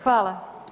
Hvala.